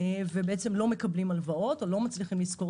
ולא מקבלים הלוואות או לא מצליחים לשכור